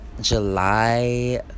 July